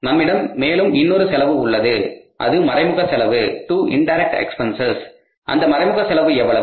நம்மிடம் மேலும் இன்னொரு செலவு உள்ளது மற்றும் அது மறைமுக செலவு to இண்டைரக்ட் எக்பென்சஸ் மற்றும் அந்த மறைமுக செலவு எவ்வளவு